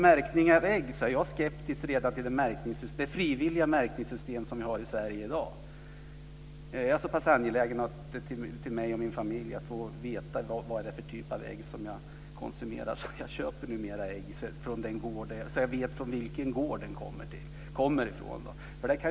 Jag är skeptisk till det frivilliga märkningssystem av ägg som finns i Sverige i dag. Jag är så pass angelägen för mig och för min familj att veta vilken typ av ägg vi konsumerar att jag köper mina ägg direkt från gården, så att jag vet från vilken gård äggen kommer från.